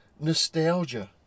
nostalgia